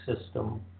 system